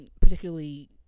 particularly